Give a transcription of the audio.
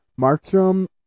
Markstrom